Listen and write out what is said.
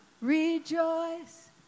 Rejoice